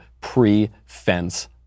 pre-fence